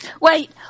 Wait